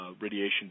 radiation